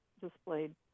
displayed